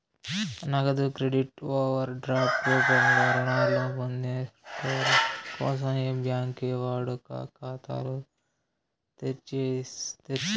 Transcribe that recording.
నగదు credit overdraft రూపంలో రుణాలు పొందేటోళ్ళ కోసం ఏ బ్యాంకి వాడుక ఖాతాలు తెర్సేది లా